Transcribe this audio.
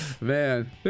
Man